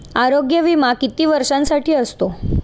आरोग्य विमा किती वर्षांसाठी असतो?